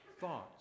thoughts